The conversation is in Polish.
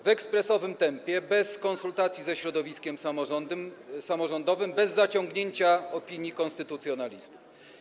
W ekspresowym tempie, bez konsultacji ze środowiskiem samorządowym, bez zasięgnięcia opinii konstytucjonalistów.